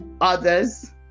others